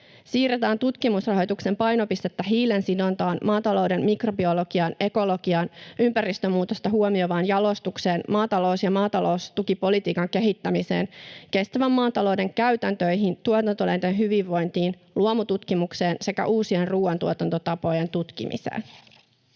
Siirretään tutkimusrahoituksen painopistettä hiilensidontaan, maatalouden mikrobiologiaan, ekologiaan, ympäristömuutosta huomioivaan jalostukseen, maatalous- ja maataloustukipolitiikan kehittämiseen, kestävän maatalouden käytäntöihin, tuotantoeläinten hyvinvointiin, luomututkimukseen sekä uusien ruoantuotantotapojen tutkimiseen.